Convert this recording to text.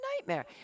nightmare